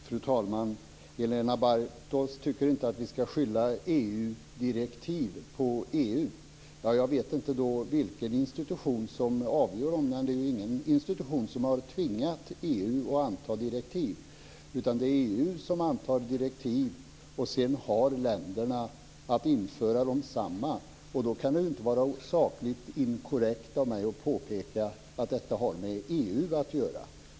Fru talman! Helena Bargholtz tycker inte att vi skall skylla EU-direktiv på EU. Då vet jag inte vilken institution som avgör. Det är ingen institution som har tvingat EU att anta direktiv. Men det är EU som antar direktiv, och sedan har länderna att införa desamma. Då kan det inte vara sakligt inkorrekt av mig att påpeka att detta har med EU att göra.